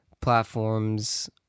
platforms